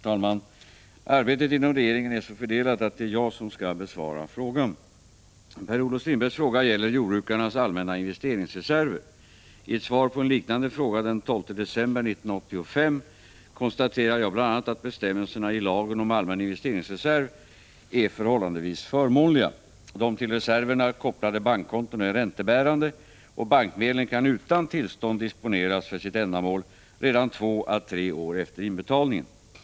Herr talman! Arbetet inom regeringen är så fördelat att det är jag som skall besvara frågan. Per-Olof Strindbergs fråga gäller jordbrukarnas allmänna investeringsreserver. I ett svar på en liknande fråga den 12 december 1985 konstaterade jag bl.a. att bestämmelserna i lagen om allmän investeringsreserv är förhållandevis förmånliga. De till reserverna kopplade bankkontona är räntebärande, och bankmedlen kan utan tillstånd disponeras för sitt ändamål redan två å tre år efter inbetalningen.